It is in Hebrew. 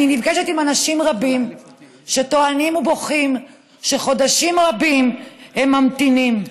אני נפגשת עם אנשים רבים שטוענים ובוכים שחודשים רבים הם ממתינים.